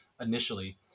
initially